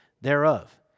thereof